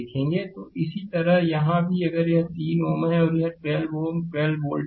तो इसी तरह यहाँ भी अगर यह 3 Ω है और यह 12 Ω 12 वोल्ट है